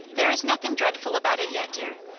there is nothing dreadful about it yet, dear,